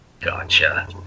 Gotcha